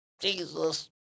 Jesus